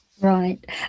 Right